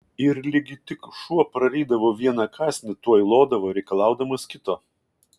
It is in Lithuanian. ir ligi tik šuo prarydavo vieną kąsnį tuoj lodavo reikalaudamas kito